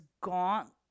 gaunt